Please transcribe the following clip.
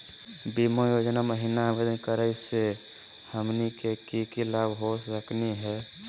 बीमा योजना महिना आवेदन करै स हमनी के की की लाभ हो सकनी हे?